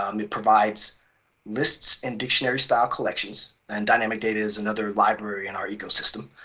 um it provides lists and dictionary style collections, and dynamic data is another library in our ecosystem.